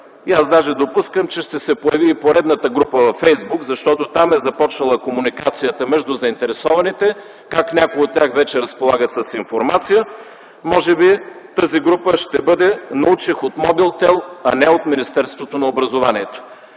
аз даже допускам, че ще се появи и поредната група във Фейсбук, защото там е започнала комуникацията между заинтересованите, как някои от тях вече разполагат с информация. Може би тази група ще бъде „Научих от „Мобилтел”, а не от Министерството на образованието”.